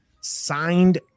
signed